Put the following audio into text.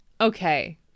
Okay